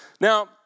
Now